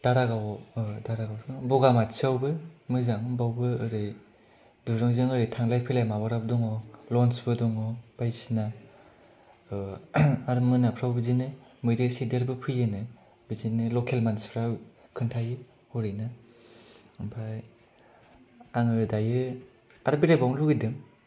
दारागाव दारागाव थ नङा बगामाथिआवबो मोजां बावबो एरै दुरुंजों एरै थांलाय फैलाय माबा रप दङ' लड्जबो दङ' बायदिसना आर मोनाफ्राव बिदिनो मैदेर सैदेरबो फैयोनो बिदिनो लकेल मानसिफ्रा खोन्थायो हरैना आमफाय आङो दायो आरो बेरावबावनो लुबैदों